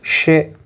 شیٚے